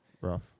rough